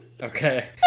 Okay